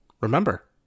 remember